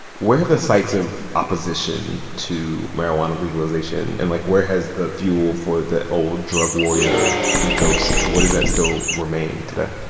where have the sites of opposition to marijuana legalization and, like, where has the fuel for the old drug warrior ethos where does that still remain today?